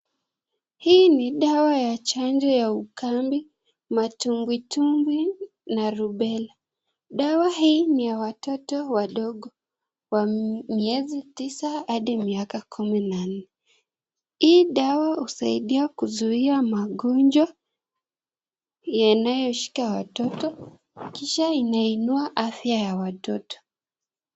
Hii ni dawa ya chanjo ya ukambi, matumbwi tumbwi na rubela. Dawa hii ni ya watoto wadogo wa miezi tisa hadi miaka kumi na nne, hii dawa husaidia kuzuia magonjwa inayoshika watoto kisha inainua afya watoto.